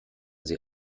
sie